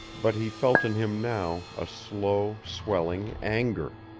but he felt in him now a slow, swelling anger.